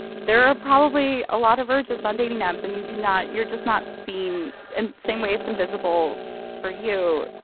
there are probably a lot of virgins on dating apps and you can not you're just not seen in the same way it's invisible for you.